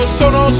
sono